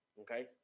Okay